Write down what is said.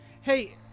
Hey